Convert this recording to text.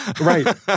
Right